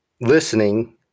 listening